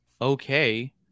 okay